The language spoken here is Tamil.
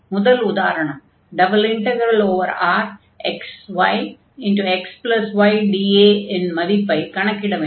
முதல் உதாரணம் ∬RxyxydA இன் மதிப்பைக் கணக்கிட வேண்டும்